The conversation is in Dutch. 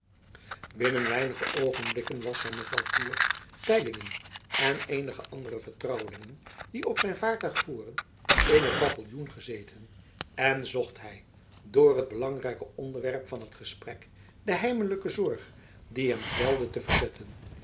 binnen weinige oogenblikken was hij met walcourt teylingen en eenige andere vertrouwelingen die op zijn vaartuig voeren in het paviljoen gezeten en zocht hij door het belangrijke onderwerp van hun gesprek de heimelijke zorg die hem kwelde te verzetten